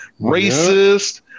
racist